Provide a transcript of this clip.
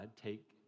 take